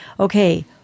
Okay